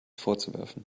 vorzuwerfen